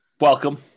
Welcome